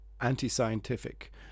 anti-scientific